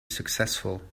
successful